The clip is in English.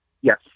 Yes